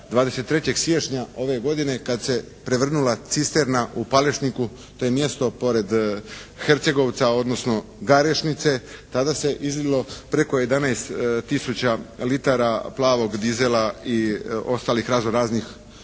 23. siječnja ove godine kad se prevrnula cisterna u Palešniku. To je mjesto pored Hercegovca, odnosno Garešnice. Tada se izlilo preko 11000 litara plavog dizela i ostalih razno raznih